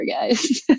guys